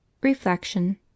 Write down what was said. Reflection